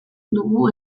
dugu